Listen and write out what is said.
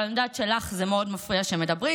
אבל אני יודעת שלך זה מאוד מפריע שמדברים.